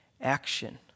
action